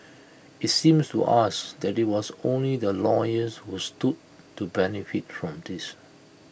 IT seems to us that IT was only the lawyers who stood to benefit from this